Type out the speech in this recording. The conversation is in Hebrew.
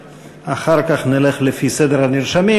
ואחר כך נלך לפי סדר הנרשמים.